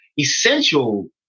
essential